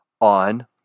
on